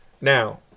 Now